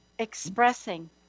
Expressing